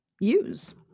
use